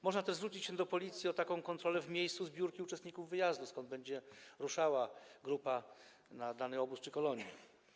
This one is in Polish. Można też zwrócić się do policji o taką kontrolę w miejscu zbiórki uczestników wyjazdu, miejscu, z którego będzie ruszała grupa na dany obóz czy kolonie.